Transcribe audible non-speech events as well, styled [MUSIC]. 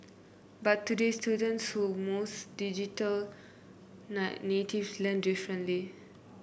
but today students who most digital [UNINTELLIGIBLE] native learn differently